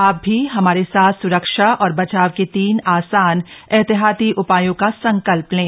आप भी हमारे साथ स्रक्षा और बचाव के तीन आसान एहतियाती उपायों का संकल्प लें